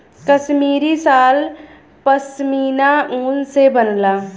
कसमीरी साल पसमिना ऊन से बनला